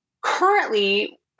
currently